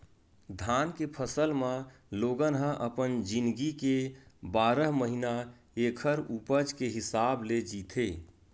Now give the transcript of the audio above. धान के फसल म लोगन ह अपन जिनगी के बारह महिना ऐखर उपज के हिसाब ले जीथे